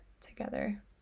together